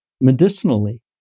medicinally